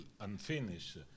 unfinished